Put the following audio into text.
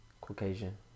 Caucasian